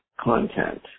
content